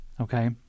okay